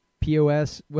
POS